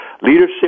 leadership